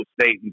State